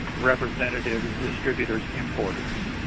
representatives, distributors, importers.